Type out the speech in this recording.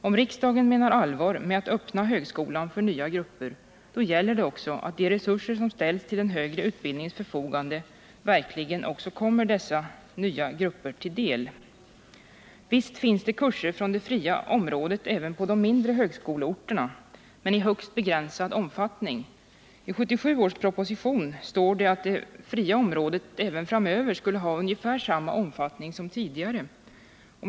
Om riksdagen menar allvar med att öppna högskolan för nya grupper, då gäller det att de resurser som ställs till den högre utbildningens förfogande verkligen också kommer dessa grupper till del. Visst finns det kurser från det fria området även på de mindre högskoleorterna, men i högst begränsad omfattning. I 1977 års proposition står det att det fria området även framöver skall ha ungefär samma omfattning som tidigare.